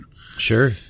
Sure